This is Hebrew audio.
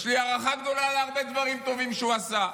יש לי הערכה גדולה להרבה דברים טובים שהוא עשה,